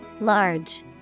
Large